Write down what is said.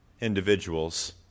individuals